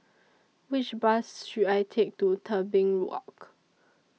Which Bus should I Take to Tebing Walk